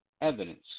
evidence